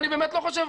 אני באמת לא חושב,